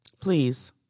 Please